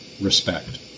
respect